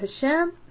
Hashem